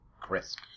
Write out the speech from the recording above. crisp